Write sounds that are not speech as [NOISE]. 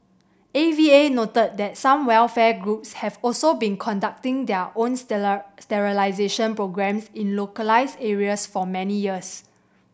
A V A noted that some welfare groups have also been conducting their own [UNINTELLIGIBLE] sterilisation programmes in localised areas for many years